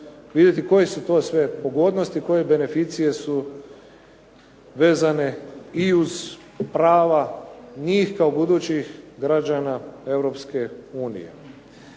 koje su to sve pogodnosti, koje beneficije su vezane i uz prava njih kao budućih građana